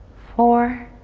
four,